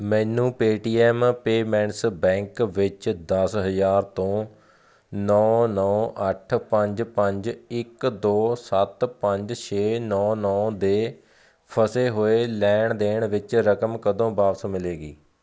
ਮੈਨੂੰ Paytm payments bank ਵਿੱਚ ਦਸ ਹਜ਼ਾਰ ਤੋਂ ਨੌਂ ਨੌਂ ਅੱਠ ਪੰਜ ਪੰਜ ਇੱਕ ਦੋ ਸੱਤ ਪੰਜ ਛੇ ਨੌਂ ਨੌਂ ਦੇ ਫਸੇ ਹੋਏ ਲੈਣ ਦੇਣ ਵਿੱਚ ਰਕਮ ਕਦੋਂ ਵਾਪਸ ਮਿਲੇਗੀ